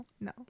no